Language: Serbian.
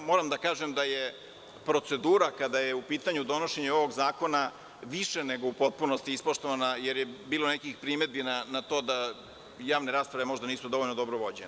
Moram da kažem da je procedura kada je u pitanju donošenje ovog zakona više nego u potpunosti ispoštovana, jer je bilo nekih primedbi na to da javne rasprave možda nisu dovoljno dobro vođene.